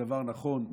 מדבר נכון,